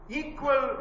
equal